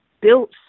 built